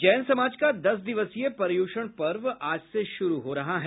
जैन समाज का दस दिवसीय पर्युषण पर्व आज से शुरू हो रहा है